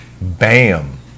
Bam